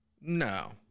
No